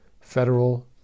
federal